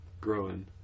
growing